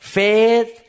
faith